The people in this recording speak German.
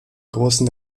grossen